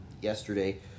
yesterday